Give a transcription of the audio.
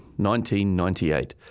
1998